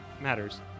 matters